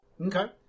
Okay